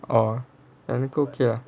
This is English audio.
oh I don't feel sia